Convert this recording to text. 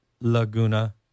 Laguna